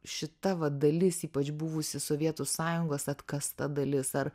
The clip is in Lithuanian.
šita vat dalis ypač buvusi sovietų sąjungos atkasta dalis ar